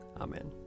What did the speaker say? Amen